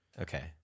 Okay